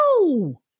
No